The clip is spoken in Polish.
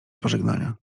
pożegnania